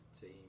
team